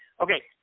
Okay